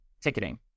ticketing